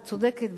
את צודקת,